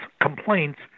complaints